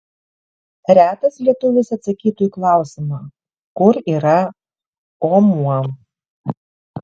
retas lietuvis atsakytų į klausimą kur yra omuo